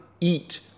eat